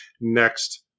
next